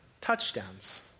Touchdowns